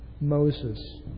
Moses